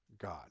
God